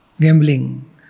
gambling